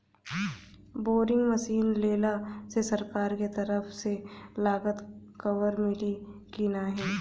Boring machine लेला मे सरकार के तरफ से लागत कवर मिली की नाही?